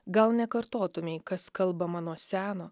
gal nekartotumei kas kalbama nuo seno